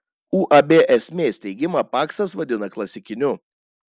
uab esmė steigimą paksas vadina klasikiniu